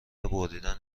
بریدن